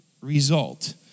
result